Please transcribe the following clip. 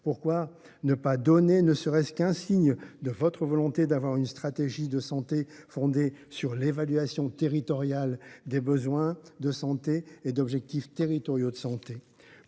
pourquoi ne pas donner ne serait ce qu’un signe de votre volonté d’avoir une stratégie de santé fondée sur l’évaluation territoriale des besoins de santé et sur des objectifs territoriaux de santé ?